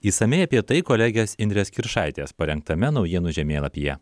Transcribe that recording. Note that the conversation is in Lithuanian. išsamiai apie tai kolegės indrės kiršaitės parengtame naujienų žemėlapyje